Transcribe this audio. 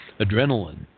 adrenaline